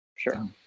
Sure